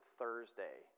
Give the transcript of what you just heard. thursday